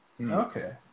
Okay